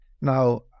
Now